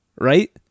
right